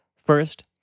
First